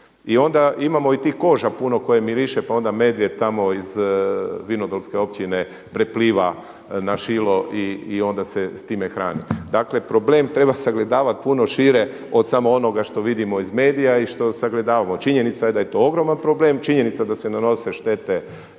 I onda imamo i tih koža puno koje miriše, pa onda medvjed tamo iz vinodolske općine prepliva na Šilo i onda se s time hrani. Dakle problem treba sagledavati puno šire od samo onoga što vidimo iz medija i što sagledavamo. Činjenica je da je to ogroman problem, činjenica je da se nanose štete